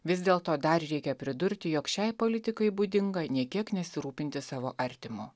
vis dėlto dar reikia pridurti jog šiai politikai būdinga nė kiek nesirūpinti savo artimu